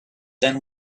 then